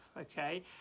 okay